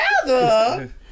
together